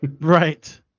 Right